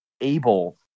able